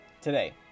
today